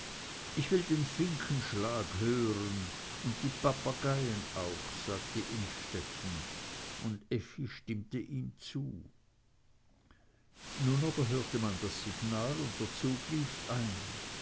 ich will den finkenschlag hören und die papageien auch sagte innstetten und effi stimmte ihm zu nun aber hörte man das signal und der zug lief ein